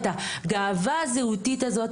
את הגאווה הזהותית הזאת,